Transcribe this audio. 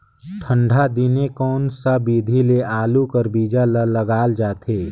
ठंडा दिने कोन सा विधि ले आलू कर बीजा ल लगाल जाथे?